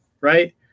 Right